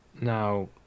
Now